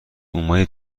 اومدی